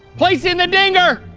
placing the dinger.